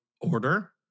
order